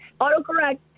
autocorrect